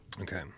Okay